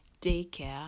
daycare